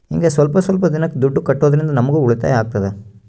ಹಿಂಗ ಸ್ವಲ್ಪ ಸ್ವಲ್ಪ ದಿನಕ್ಕ ದುಡ್ಡು ಕಟ್ಟೋದ್ರಿಂದ ನಮ್ಗೂ ಉಳಿತಾಯ ಆಗ್ತದೆ